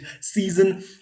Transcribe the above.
season